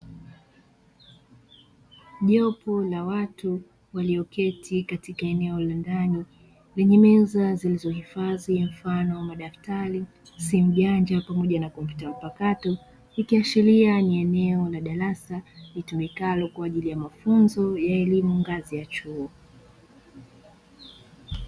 Jopo la watu walioketi katika eneo la ndani, lenye meza zilizohifadhi mfano wa madaftari, simu janja pamoja na kompyuta mpakato, ikiashiria ni eneo la darasa litumikalo kwa ajili ya mafunzo ya elimu ngazi ya chuo.